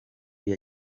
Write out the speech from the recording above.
nawe